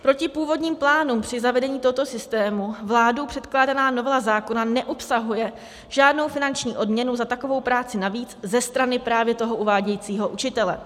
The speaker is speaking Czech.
Proti původním plánům při zavedení tohoto systému vládou předkládaná novela zákona neobsahuje žádnou finanční odměnu za takovou práci navíc ze strany právě uvádějícího učitele.